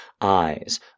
eyes